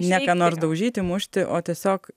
ne ką nors daužyti mušti o tiesiog